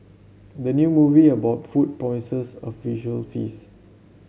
the new movie about food promises a visual feast